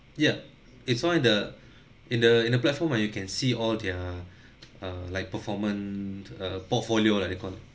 yep it's one the in a in a platform where you can see all their uh like performance a portfolio lah they call it